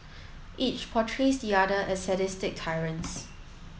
each portrays the other as sadistic tyrants